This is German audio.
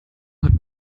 hat